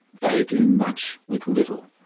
they do much with little.